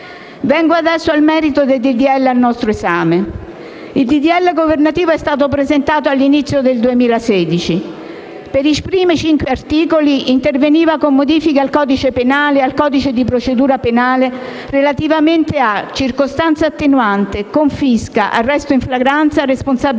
Vengo adesso al merito del disegno di legge al nostro esame. Il disegno di legge governativo è stato presentato all'inizio del 2016. Per i primi cinque articoli interveniva con modifiche al codice penale e al codice di procedura penale relativamente a circostanza attenuante, confisca, arresto in flagranza, responsabilità